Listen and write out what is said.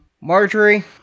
Marjorie